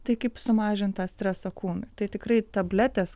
tai kaip sumažint tą stresą kūnui tai tikrai tabletės